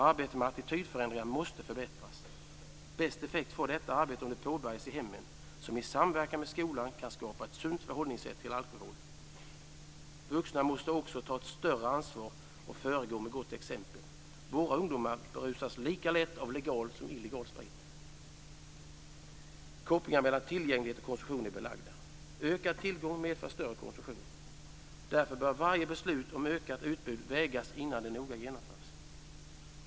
Arbetet med attitydförändringar måste förbättras. Bäst effekt får detta arbete om det påbörjas i hemmen som i samverkan med skolan kan skapa ett sunt förhållningssätt till alkohol. Vuxna måste också ta ett större ansvar och föregå med gott exempel. Våra ungdomar berusas lika lätt av legal som av illegal alkohol. Kopplingar mellan tillgänglighet och konsumtion är belagda. Ökad tillgång medför större konsumtion. Därför bör varje beslut om ökat utbud vägas noga innan det genomförs.